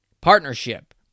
partnership